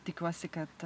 tikiuosi kad